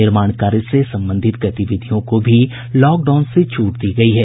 निर्माण कार्य से संबंधित गतिविधियों को भी लॉकडाउन से छूट दी गयी है